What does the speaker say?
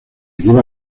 lleva